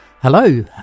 Hello